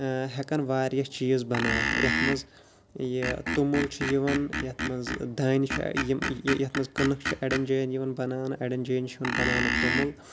ہٮ۪کان واریاہ چیٖز بَنٲوِتھ یَتھ منٛز یہِ توٚمُل چھُ یِوان یَتھ منٛز دانہِ چھِ یِم یَتھ منٛز کٕنٕک چھِ اَڈٮ۪ن جایَن یِوان بَناونہٕ اَڈٮ۪ن جایَن چھِ یِوان بَناونہٕ توٚمُل